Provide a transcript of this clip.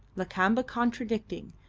lakamba contradicting,